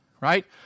right